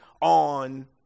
on